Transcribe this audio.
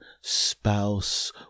spouse